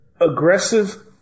Aggressive